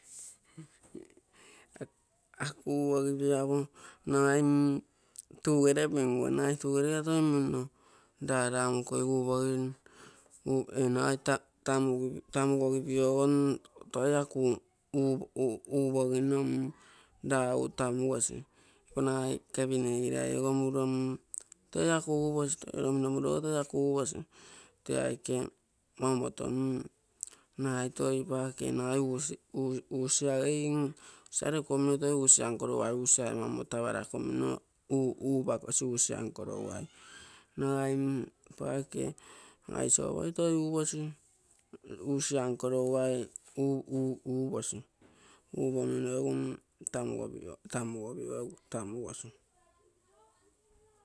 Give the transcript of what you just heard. Aku upogipio nagai mm tugere toi minno lalamukogimo upogino ee nagai tamugoginogo toi aku upogino mm ragu tamugosi, iko nagai kapinei girai ogo muro mm toi aku uposi tee aike omoto nagai usia rekuomino toi usia nko lougai usiai mamoro taparakomino upakosi usia nko lougai. Nagai mm sopoi toi uposi usia nko lougai uposi, upomino egu tamugosi.